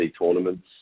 tournaments